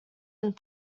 and